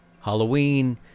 Halloween